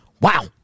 Wow